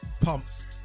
pumps